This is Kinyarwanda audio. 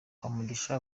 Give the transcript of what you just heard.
habumugisha